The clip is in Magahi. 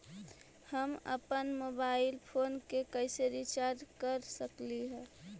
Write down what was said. हम अप्पन मोबाईल फोन के कैसे रिचार्ज कर सकली हे?